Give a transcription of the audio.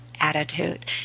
attitude